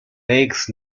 lakes